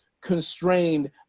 constrained